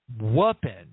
weapon